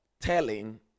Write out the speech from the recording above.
telling